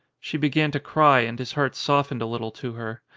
she began to cry and his heart softened a little to her.